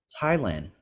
Thailand